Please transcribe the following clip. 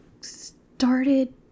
started